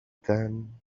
then